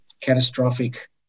catastrophic